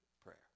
prayer